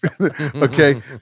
okay